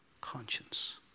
Conscience